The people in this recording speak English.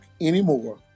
anymore